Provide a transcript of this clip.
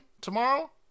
tomorrow